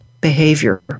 behavior